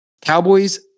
Cowboys